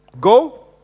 Go